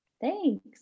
Thanks